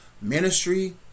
ministry